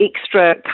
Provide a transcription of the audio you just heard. extra